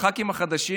לח"כים החדשים,